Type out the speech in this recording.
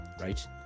right